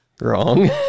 Wrong